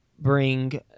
bring